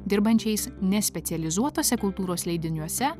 dirbančiais ne specializuotuose kultūros leidiniuose